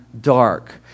dark